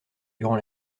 durant